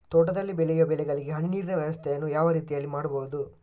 ತೋಟದಲ್ಲಿ ಬೆಳೆಯುವ ಬೆಳೆಗಳಿಗೆ ಹನಿ ನೀರಿನ ವ್ಯವಸ್ಥೆಯನ್ನು ಯಾವ ರೀತಿಯಲ್ಲಿ ಮಾಡ್ಬಹುದು?